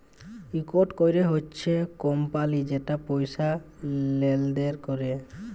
ইকট ক্যরে হছে কমপালি যাতে পয়সা লেলদেল ক্যরে